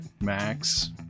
Max